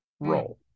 role